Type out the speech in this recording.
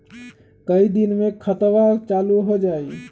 कई दिन मे खतबा चालु हो जाई?